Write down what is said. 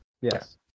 Yes